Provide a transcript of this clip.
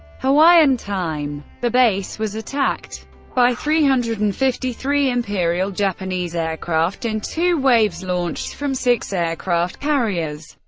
hawaiian time. the base was attacked by three hundred and fifty three imperial japanese aircraft in two waves, launched from six aircraft carriers.